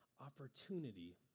opportunity